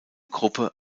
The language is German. gruppe